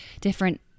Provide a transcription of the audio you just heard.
different